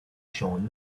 shown